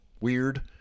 weird